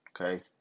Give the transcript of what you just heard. Okay